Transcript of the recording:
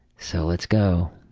so let's go.